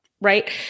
right